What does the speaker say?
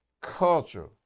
culture